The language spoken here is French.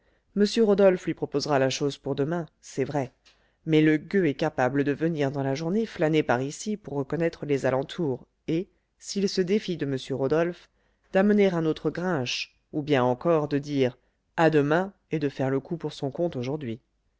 m rodolphe lui proposera la chose pour demain c'est vrai mais le gueux est capable de venir dans la journée flâner par ici pour reconnaître les alentours et s'il se défie de m rodolphe d'amener un autre grinche ou bien encore de dire à demain et de faire le coup pour son compte aujourd'hui